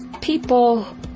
people